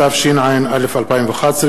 התשע"א 2011,